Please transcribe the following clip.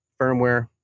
firmware